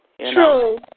True